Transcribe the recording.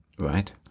Right